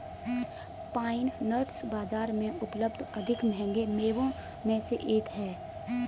pine nuts बाजार में उपलब्ध अधिक महंगे मेवों में से एक हैं